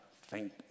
thank